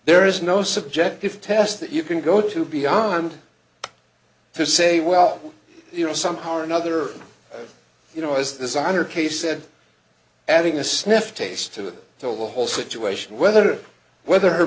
there is no subjective test that you can go to beyond to say well you know somehow or another you know as this on her case said adding a sniff taste to tell the whole situation whether whether her